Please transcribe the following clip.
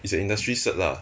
is an industry cert lah